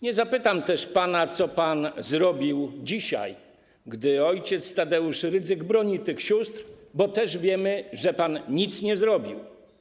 Nie zapytam też pana, co pan zrobił dzisiaj, gdy o. Tadeusz Rydzyk broni tych sióstr, bo też wiemy, że pan nic nie zrobił.